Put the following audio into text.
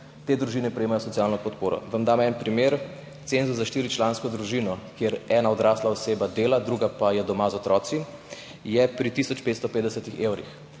te družine prejemajo socialno podporo. Vam dam en primer. Cenzus za štiričlansko družino, kjer ena odrasla oseba dela, druga pa je doma z otroki, je pri tisoč 550 evrih.